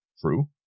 true